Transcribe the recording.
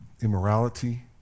immorality